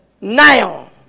Now